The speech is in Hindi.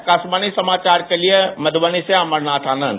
आकाशवाणी समाचार के लिए मधुबनी से अमरनाथ आनंद